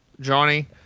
Johnny